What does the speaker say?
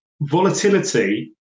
volatility